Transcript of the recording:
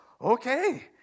okay